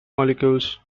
molecules